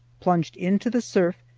plunged into the surf,